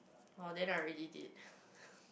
oh I already did